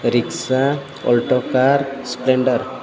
rickshaw auto car Splendor